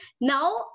Now